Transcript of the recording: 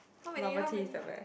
how many how many